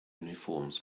uniforms